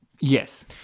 Yes